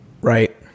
Right